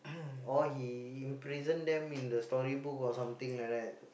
or he imprison them in the storybook or something like that